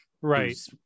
Right